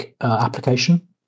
application